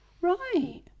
right